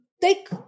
take